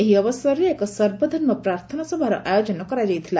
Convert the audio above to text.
ଏହି ଅବସରରେ ଏକ ସର୍ବଧର୍ମ ପ୍ରାର୍ଥନା ସଭାର ଆୟୋଜନ କରାଯାଇଥିଲା